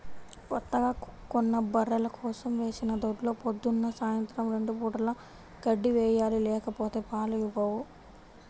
కొత్తగా కొన్న బర్రెల కోసం వేసిన దొడ్లో పొద్దున్న, సాయంత్రం రెండు పూటలా గడ్డి వేయాలి లేకపోతే పాలు ఇవ్వవు